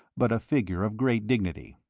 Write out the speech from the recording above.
but a figure of great dignity.